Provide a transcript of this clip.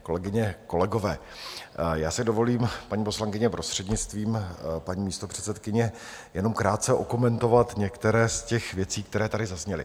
Kolegyně, kolegové, já si dovolím, paní poslankyně, prostřednictvím paní předsedkyně, jenom krátce okomentovat některé z těch věcí, které tady zazněly.